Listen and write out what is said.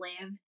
live